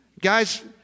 Guys